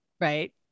right